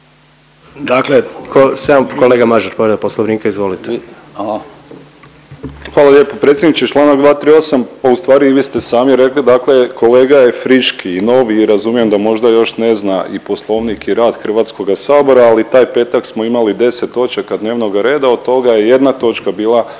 (HDZ)** Kolega Mažar, povreda Poslovnika. Izvolite. **Mažar, Nikola (HDZ)** Predsjedniče članak 238. pa u stvari i vi ste sami rekli. Kolega je friški, novi i razumijem da možda još ne zna i Poslovnik i rad Hrvatskoga sabora, ali taj petak smo imali 10 točaka dnevnoga reda. Od toga je jedna točka bila